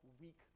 weak